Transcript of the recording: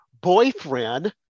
boyfriend